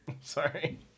Sorry